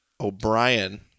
O'Brien